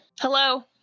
hello